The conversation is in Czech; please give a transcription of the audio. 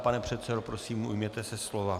Pane předsedo, prosím, ujměte se slova.